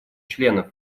членов